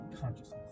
consciousness